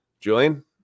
Julian